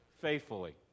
faithfully